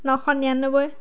নশ নিৰানব্বৈ